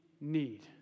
need